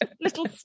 little